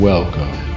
Welcome